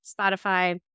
Spotify